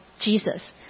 Jesus